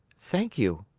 thank you,